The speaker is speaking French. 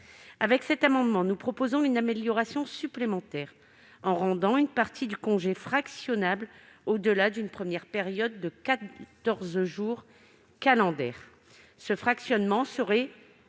Avec cet amendement, nous proposons une amélioration supplémentaire : il vise à rendre une partie du congé fractionnable au-delà d'une première période de quatorze jours calendaires. Ce fractionnement serait